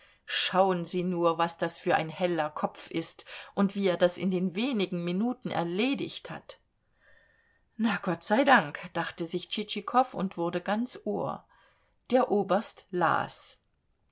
schauen sie nur was das für ein heller kopf ist und wie er das in den wenigen minuten erledigt hat na gott sei dank dachte sich tschitschikow und wurde ganz ohr der oberst las